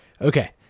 okay